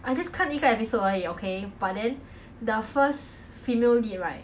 I just 看一个 episode 而已 okay but then the first female lead right